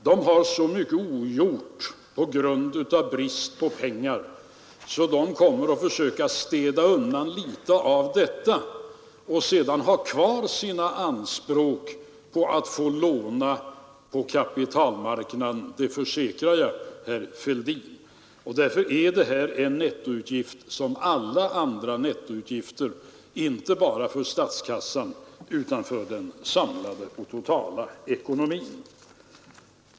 De har så mycket ogjort på grund av brist på pengar, att de kommer att försöka städa undan litet av detta, och sedan har de kvar sina anspråk på att få låna på kapitalmarknaden, det försäkrar jag herr Fälldin. Därför är detta en nettoutgift som alla andra nettoutgifter inte bara för statskassan utan för den samlade och totala ekonomin.